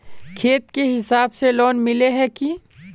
खेत के हिसाब से लोन मिले है की?